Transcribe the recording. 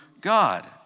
God